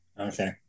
okay